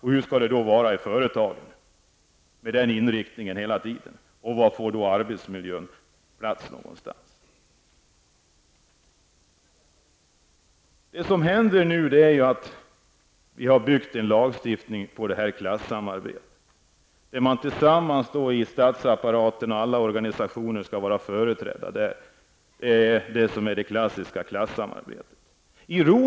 Hur går det då till i företagen när man har den inriktningen? Var får arbetsmiljöfrågorna plats? Det har byggts en lagstiftning på klasssamarbetet, där statsapparaten och alla organisationer skall vara företrädda tillsammans. Detta är det klassiska klassamarbetet.